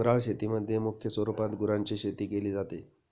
डोंगराळ शेतीमध्ये मुख्य स्वरूपात गुरांची शेती केली जाते